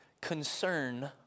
concern